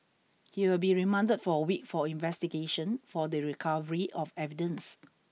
he will be remanded for a week for investigation for the recovery of evidence